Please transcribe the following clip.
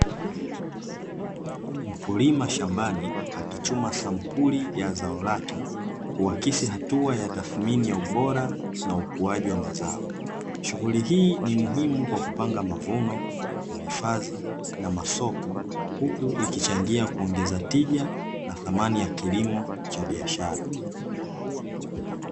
Mkulima shambani, akichuma sampuli ya zao lake kuakisi hatua ya tathmini ya ubora na ukuaji wa mazao, shughuli hii ni muhimu kwa kupanga mavuno, uhifadhi na masoko, huku ikichangia kuongeza tija na thamani ya kilimo cha biashara.